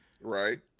right